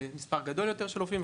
למספר גדול יותר של רופאים.